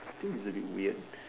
I think it's a bit weird